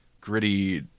gritty